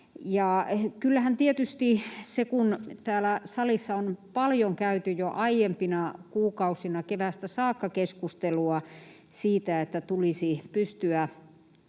tietysti täällä salissa on paljon käyty jo aiempina kuukausina, keväästä saakka, keskustelua siitä, että tulisi pystyä